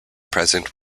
present